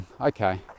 okay